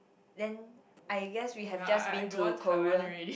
then I guess we have just been to Korea